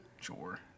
Sure